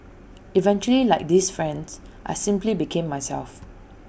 eventually like these friends I simply became myself